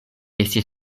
estis